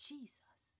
Jesus